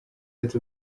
ati